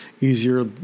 Easier